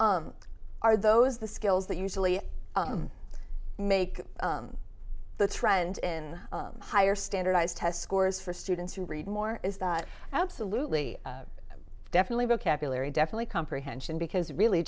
are those the skills that usually make the trend in higher standardized test scores for students who read more is that absolutely definitely vocabulary definitely comprehension because really